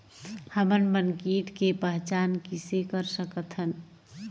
हमन मन कीट के पहचान किसे कर सकथन?